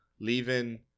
leaving